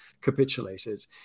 capitulated